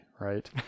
right